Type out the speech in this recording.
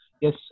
yes